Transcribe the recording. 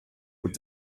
with